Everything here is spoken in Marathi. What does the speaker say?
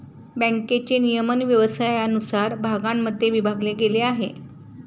बँकेचे नियमन व्यवसायानुसार भागांमध्ये विभागले गेले आहे